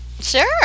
Sure